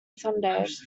sundays